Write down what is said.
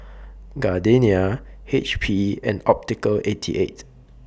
Gardenia H P and Optical eighty eight